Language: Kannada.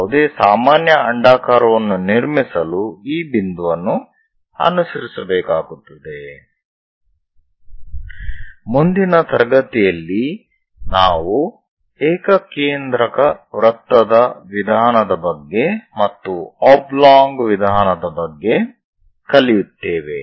ಯಾವುದೇ ಸಾಮಾನ್ಯ ಅಂಡಾಕಾರವನ್ನು ನಿರ್ಮಿಸಲು ಈ ಬಿಂದುವನ್ನು ಅನುಸರಿಸಬೇಕಾಗುತ್ತದೆ ಮುಂದಿನ ತರಗತಿಯಲ್ಲಿ ನಾವು ಏಕಕೇಂದ್ರಕ ವೃತ್ತದ ವಿಧಾನದ ಬಗ್ಗೆ ಮತ್ತು ಒಬ್ಲೊಂಗ್ ವಿಧಾನದ ಬಗ್ಗೆ ಕಲಿಯುತ್ತೇವೆ